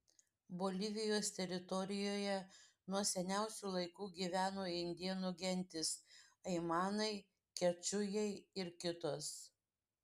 bolivijos teritorijoje nuo seniausių laikų gyveno indėnų gentys aimanai kečujai ir kitos